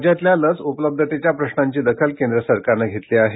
राज्यातल्या लस उपलब्धतेच्या प्रश्नांची दखल केंद्र सरकारनं घेतली आहे